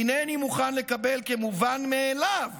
אינני מוכן לקבל כמובן מאליו